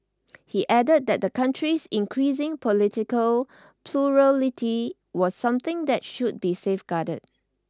he added that the country's increasing political plurality was something that should be safeguarded